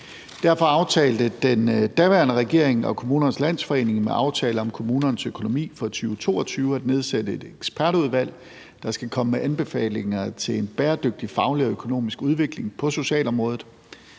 Derfor aftalte den daværende regering og KL med »Aftale om kommunernes økonomi for 2022« at nedsætte et ekspertudvalg, der skal komme med anbefalinger til en bæredygtig faglig og økonomisk udvikling på socialområdet.